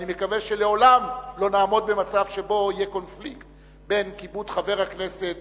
אני מקווה שלעולם לא נעמוד במצב שבו יהיה קונפליקט בין כיבוד חבר הכנסת